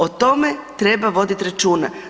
O tome treba voditi računa.